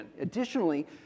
Additionally